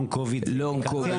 לונג קוביד זו אינדיקציה?